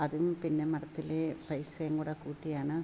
അതും പിന്നെ മഠത്തിലെ പൈസയും കൂടെ കൂട്ടിയാണ്